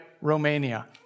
Romania